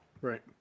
Right